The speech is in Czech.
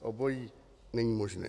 Obojí není možné.